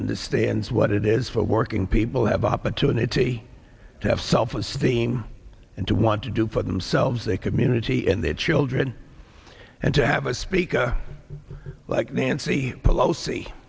understands what it is for working people have an opportunity to have self esteem and to want to do for themselves they community and their children and to have a speaker like nancy pelosi